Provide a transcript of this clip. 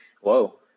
Whoa